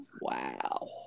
Wow